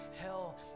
hell